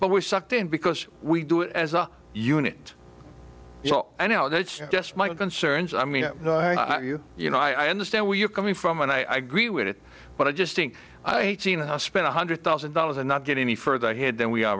in because we do it as a unit i know that's just my concerns i mean you you know i understand where you're coming from and i gree with it but i just think i spend one hundred thousand dollars and not get any further ahead than we are